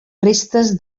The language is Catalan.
restes